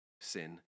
sin